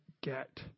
get